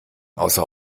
außer